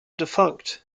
defunct